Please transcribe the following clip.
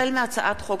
החל בהצעת חוק